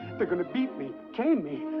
they're going to beat me! cane me!